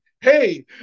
Hey